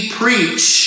preach